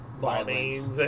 violence